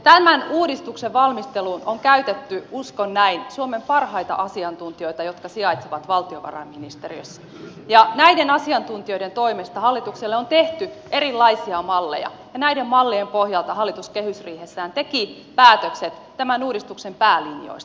tämän uudistuksen valmisteluun on käytetty uskon näin suomen parhaita asiantuntijoita jotka sijaitsevat valtiovarainministeriössä ja näiden asiantuntijoiden toimesta hallitukselle on tehty erilaisia malleja ja näiden mallien pohjalta hallitus kehysriihessään teki päätökset tämän uudistuksen päälinjoista